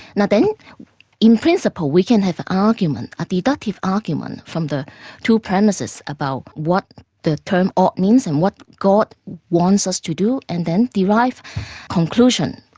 now then in principle we can have an argument, a deductive argument from the two premises about what the term ought means and what god wants us to do, and then derive conclusion.